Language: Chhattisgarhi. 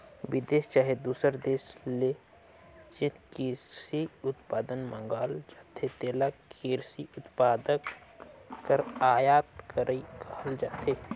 बिदेस चहे दूसर देस ले जेन किरसी उत्पाद मंगाल जाथे तेला किरसी उत्पाद कर आयात करई कहल जाथे